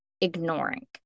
ignoring